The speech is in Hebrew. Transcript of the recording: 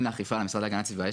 תודה, אדוני היושב-ראש.